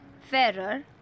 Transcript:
fairer